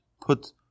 put